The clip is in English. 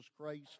Christ